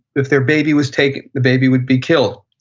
if their baby was taken, the baby would be killed.